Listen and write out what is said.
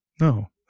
No